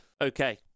okay